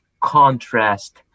contrast